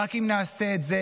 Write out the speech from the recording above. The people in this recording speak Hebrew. רק אם נעשה את זה